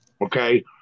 Okay